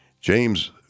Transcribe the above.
James